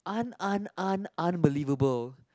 un un un unbelievable